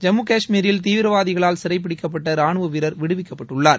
ஜம்மு காஷ்மீரில் தீவிரவதிகளால் சிறை பிடிக்கப்பட்ட ராணுவ வீரர் விடுவிக்கப்பட்டுள்ளார்